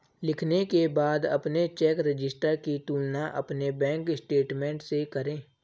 लिखने के बाद अपने चेक रजिस्टर की तुलना अपने बैंक स्टेटमेंट से करें